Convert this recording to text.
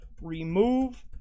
remove